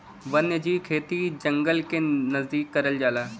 वन्यजीव खेती जंगल के नजदीक करल जाला